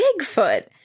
Bigfoot